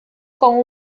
con